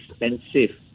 expensive